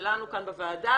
שלנו של הוועדה,